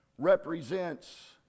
represents